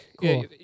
Cool